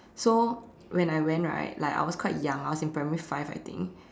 so when I went right like I was quite young I was in primary five I think